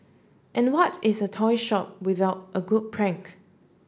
and what is a toy shop without a good prank